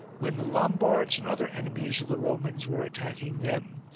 when the lombards and other enemies of the romans were attacking them,